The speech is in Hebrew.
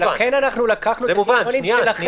לכן אנחנו לקחנו את הקריטריונים שלכם.